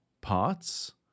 parts